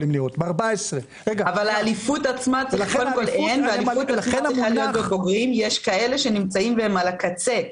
14. לכן המונח- -- יש כאלה שנמצאים והם על הקצה.